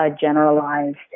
generalized